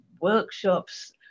workshops